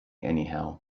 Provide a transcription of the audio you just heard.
anyhow